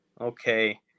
Okay